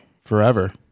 forever